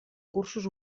cursos